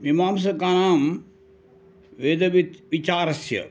मीमांसकानां वेदवित् विचारस्य